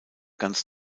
ganz